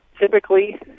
Typically